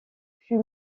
fut